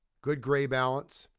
good gray balance,